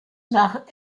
nach